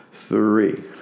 three